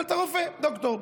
אבל אתה רופא, דוקטור.